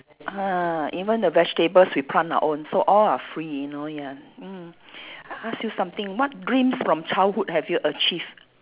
ah even the vegetables we plant our own so all are free you know ya mm I ask you something what dreams from childhood have you achieved